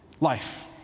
life